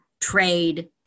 trade